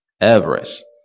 Everest